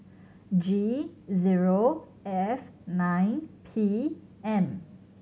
G zero F nine P M